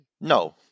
No